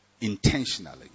intentionally